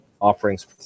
offerings